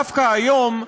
דווקא היום,